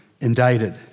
indicted